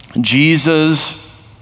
Jesus